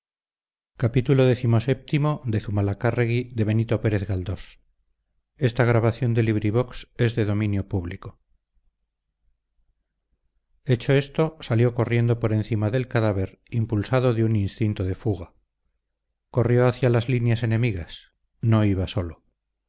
su enemigo hecho esto salió corriendo por encima del cadáver impulsado de un instinto de fuga corrió hacia las líneas enemigas no iba solo sus